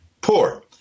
poor